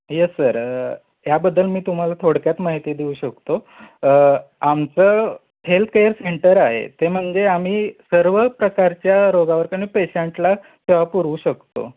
yes sir याबद्दल मी तुम्हाला थोडक्यात माहिती देऊ शकतो आमचं हेल्थकेअर सेंटर आहे ते म्हणजे आम्ही सर्व प्रकारच्या रोगावरती आम्ही पेशंटला सेवा पुरवू शकतो